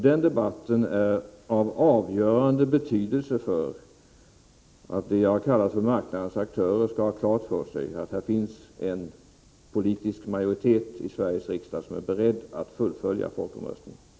Den debatten är nämligen av avgörande betydelse för att de som jag har kallat för marknadens aktörer skall ha klart för sig att det finns en politisk majoritet i Sveriges riksdag som är beredd att fullfölja folkomröstningens resultat.